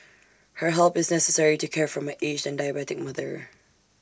her help is necessary to care for my aged and diabetic mother